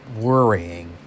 worrying